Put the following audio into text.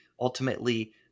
ultimately